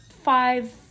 five